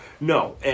No